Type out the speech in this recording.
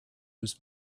was